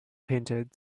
painted